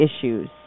issues